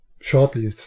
shortly